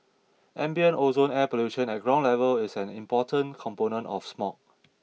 ambient ozone air pollution at ground level is an important component of smog